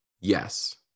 Yes